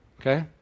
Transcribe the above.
okay